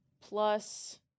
plus